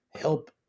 help